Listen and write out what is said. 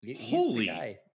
Holy